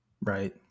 Right